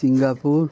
Singapore